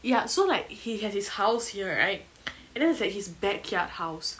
ya so like he has his house here right and then there's like his backyard house